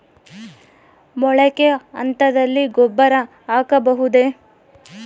ಮೊಳಕೆ ಹಂತದಲ್ಲಿ ಗೊಬ್ಬರ ಹಾಕಬಹುದೇ?